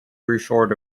resort